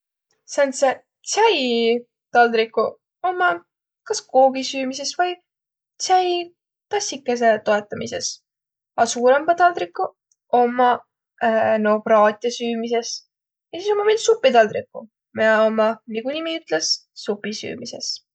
Säändseq tsäitaldriguq ommaq kas koogi süümises vai tsäitassikese toetamises. A suurõmbaq taldriguq ommaq no praate süümises. Ja sis ommaq viil supitaldriguq, miä ommaq, nigu nimi ütles, supi süümises.